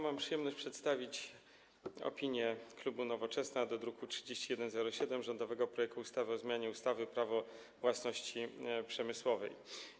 Mam przyjemność przedstawić opinię klubu Nowoczesna co do druku nr 3107, rządowego projektu ustawy o zmianie ustawy Prawo własności przemysłowej.